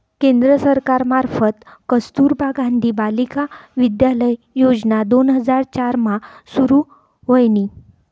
केंद्र सरकार मार्फत कस्तुरबा गांधी बालिका विद्यालय योजना दोन हजार चार मा सुरू व्हयनी